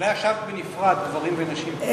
מעכשיו זה בנפרד גברים ונשים.